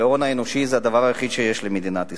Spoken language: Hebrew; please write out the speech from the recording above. וההון האנושי זה הדבר היחיד שיש למדינת ישראל.